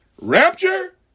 Rapture